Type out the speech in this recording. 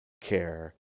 care